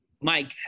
Mike